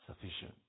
sufficient